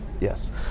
yes